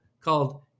called